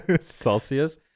Celsius